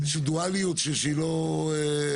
איזושהי דואליות שבסוף